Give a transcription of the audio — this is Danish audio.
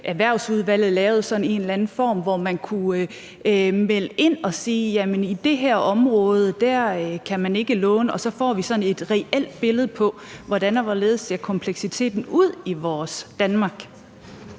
Erhvervsudvalget lavede en eller anden form, hvor man kunne melde ind og sige: I det her område kan man ikke låne? Og så får vi sådan et reelt billede af, hvordan og hvorledes kompleksiteten ser ud i Danmark.